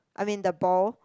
I mean the ball